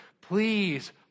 Please